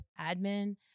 admin